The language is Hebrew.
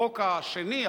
החוק השני,